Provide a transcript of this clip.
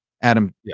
Adam